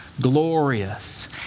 glorious